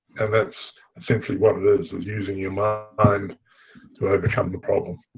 and that's simply what it is is using your mind and to overcome the problem,